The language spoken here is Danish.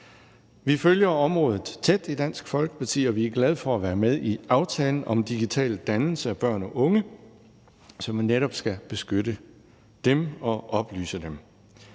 Vi følger området tæt i Dansk Folkeparti, og vi er glade for at være med i aftalen om digital dannelse af børn og unge, som jo netop skal beskytte dem og oplyse dem.